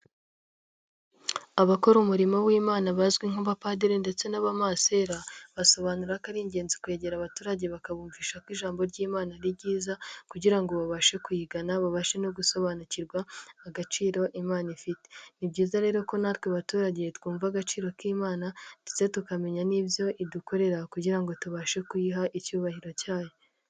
Abakora umurimo w'imana bazwi nk'abapadiri ndetse n'abamasera basobanura ko ari ingenzi kwegera abaturage bakabumvisha ko ijambo ry'imana ari ryiza kugira ngo babashe kuyigana babashe no gusobanukirwa agaciro imana ifite ni byiza rero ko natwe abaturage twumva agaciro k'imana ndetse tukamenya n'ibyo idukorera kugira ngo tubashe kuyiha icyubahiro cyayo.